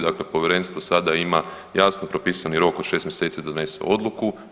Dakle Povjerenstvo sada ima jasno propisani rok od 6 mjeseci da donese odluku.